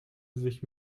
sich